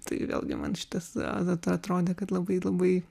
tai vėlgi man šitas aat atrodė kad labai labai